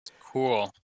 Cool